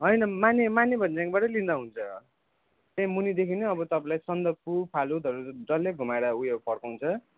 होइन माने माने भन्ज्याङबाट लिँदा हुन्छ त्यहीँ मुनिदेखि नै तपाईँलाई अब सन्दकफू फालुटहरू जसले घुमाएर उयो फर्काउँछ